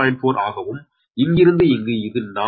4 ஆகவும் இங்கிருந்து இங்கு இது 4